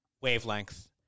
wavelength